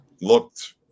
looked